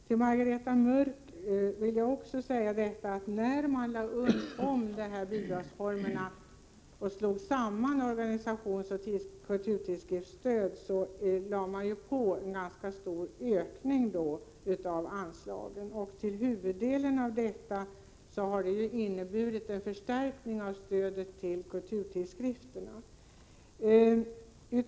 Till Margareta Mörck vill jag också säga att när man lade om bidragsformerna och slog samman organisationsoch kulturtidskriftsstöd genomförde man en ganska stor ökning av anslagen. Till huvuddelen har detta inneburit en förstärkning av stödet till kulturtidskrifterna.